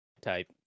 type